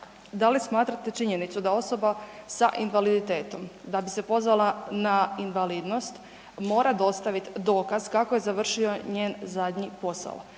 da li smatrate činjenicu da osoba sa invaliditetom da bi se pozvala na invalidnost mora dostavit dokaz kako je završio njen zadnji posao.